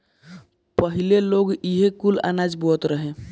पहिले लोग इहे कुल अनाज बोअत रहे